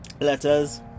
letters